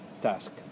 task